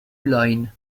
lane